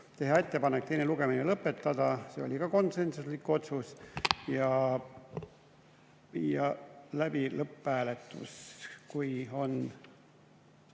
teha ettepanek teine lugemine lõpetada (see oli ka konsensuslik otsus) ja viia läbi lõpphääletus. Siin on